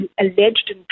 alleged